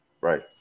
Right